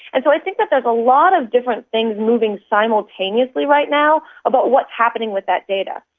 and so i think that there is a lot of different things moving simultaneously right now about what's happening with that data.